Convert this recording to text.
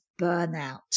burnout